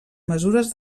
mesures